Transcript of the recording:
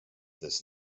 this